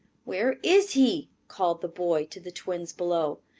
where is he? called the boy, to the twins below.